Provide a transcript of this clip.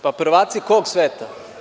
Pa, prvaci kog sveta?